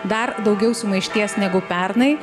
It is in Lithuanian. dar daugiau sumaišties negu pernai